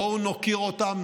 בואו נוקיר אותם,